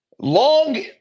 long